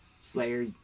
Slayer